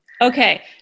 Okay